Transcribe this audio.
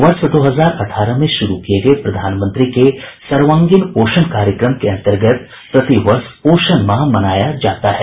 वर्ष दो हजार अठारह में शुरू किए गए प्रधानमंत्री के सर्वांगीण पोषण कार्यक्रम के अंतर्गत प्रतिवर्ष पोषण माह मनाया जाता है